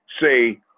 say